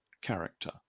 character